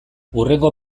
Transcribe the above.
hurrengo